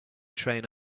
train